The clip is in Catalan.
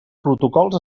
protocols